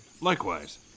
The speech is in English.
Likewise